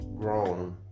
grown